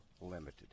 limited